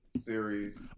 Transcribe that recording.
series